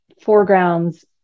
foregrounds